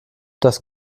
das